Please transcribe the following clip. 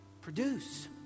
Produce